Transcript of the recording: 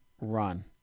run